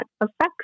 affects